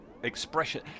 expression